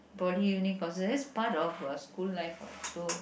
poly uni courses it's part of uh school's life what so